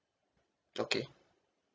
okay